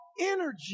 energy